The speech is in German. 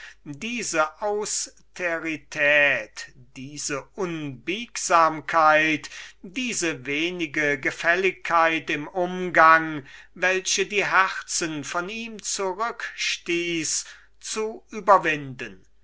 diese austerität diese unbiegsamkeit diese wenige gefälligkeit im umgang welche die herzen von sich zurückstieß zu überwinden